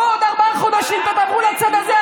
בואו בעוד ארבעה חודשים, תעברו לצד הזה.